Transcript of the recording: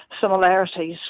similarities